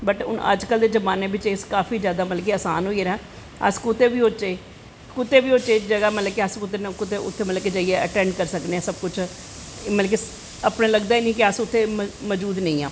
but अज्ज कल दे जमानें बच्च काफी असान होई गेदा ऐ अस कुतै बी होचै मतलव कि कुतै बी अस मतलव कि अटैंड करी सकने आं जाईयै अप्पूं लगदा गै नी ऐ कि अस उत्थें मज़ूद नी आं